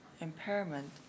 impairment